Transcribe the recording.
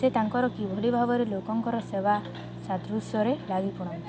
ସେ ତାଙ୍କର କିଭଳି ଭାବରେ ଲୋକଙ୍କର ସେବାଶୃଷୁସାରେ ଲାଗି ପଡ଼ନ୍ତି